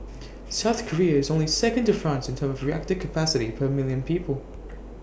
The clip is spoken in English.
south Korea is only second to France in terms of reactor capacity per million people